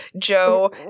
Joe